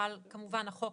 וחל כמובן החוק